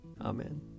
Amen